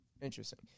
Interesting